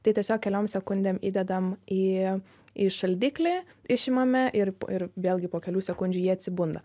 tai tiesiog keliom sekundėm įdedam į į šaldiklį išimame ir ir vėlgi po kelių sekundžių jie atsibunda